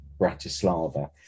Bratislava